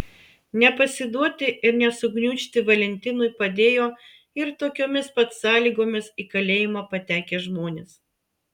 nepasiduoti ir nesugniužti valentinui padėjo ir tokiomis pat sąlygomis į kalėjimą patekę žmonės